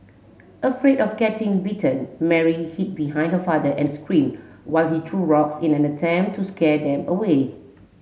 afraid of getting bitten Mary hid behind her father and screamed while he threw rocks in an attempt to scare them away